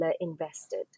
invested